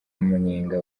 munyenga